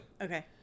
Okay